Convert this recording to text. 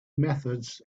methods